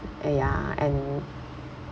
eh ya and